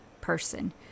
person